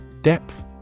Depth